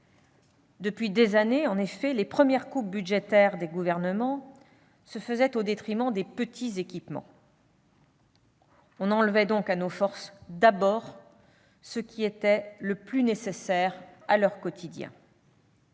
Depuis des années, les premières coupes budgétaires des gouvernements se faisaient au détriment des petits équipements. On enlevait donc à nos forces d'abord ce qui était le plus nécessaire à leur quotidien.